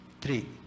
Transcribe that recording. three